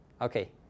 Okay